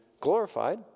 glorified